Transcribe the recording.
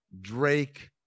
Drake